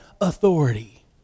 authority